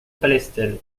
palestel